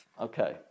Okay